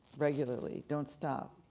regularly. don't stop.